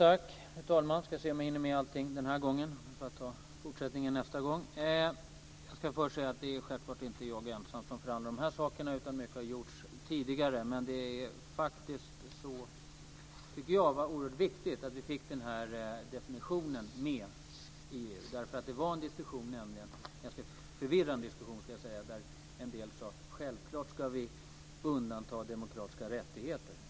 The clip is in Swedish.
Fru talman! Vi får väl se om jag hinner med allting denna gång. Om inte får jag ta fortsättningen nästa gång. Självklart förhandlar jag inte ensam om de här sakerna, utan mycket har gjorts tidigare. Jag tycker att det är oerhört viktigt att vi fick med den här definitionen i EU. Det var nämligen en ganska förvirrande diskussion där en del sade: Självklart ska vi undanta demokratiska rättigheter.